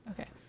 Okay